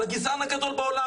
על הגזען הגדול בעולם.